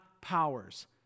powers